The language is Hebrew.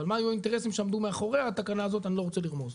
אבל מה היו האינטרסים שעמדו מאחורי התקנה הזאת אני לא רוצה לרמוז.